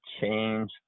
change